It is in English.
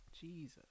Jesus